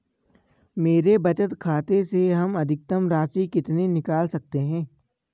मेरे बचत खाते से हम अधिकतम राशि कितनी निकाल सकते हैं?